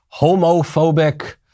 homophobic